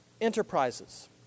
enterprises